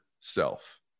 self